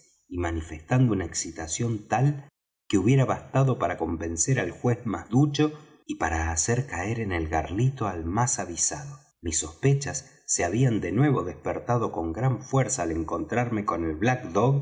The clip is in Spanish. y manifestando una excitación tal que hubiera bastado para convencer al juez más ducho y para hacer caer en el garlito al más avisado mis sospechas se habían de nuevo despertado con gran fuerza al encontrarme con el black dog